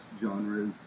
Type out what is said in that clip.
genres